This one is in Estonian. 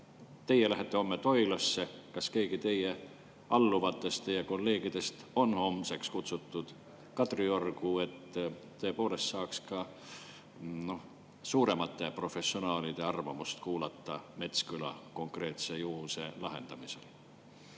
Teie lähete homme Toilasse. Kas keegi teie alluvatest, teie kolleegidest on homseks kutsutud Kadriorgu, et tõepoolest saaks ka suuremate professionaalide arvamust kuulata Metsküla konkreetse juhtumi lahendamisel?